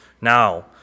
now